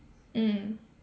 mm